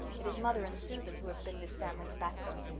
it is mother and susan who have been this family's backbone.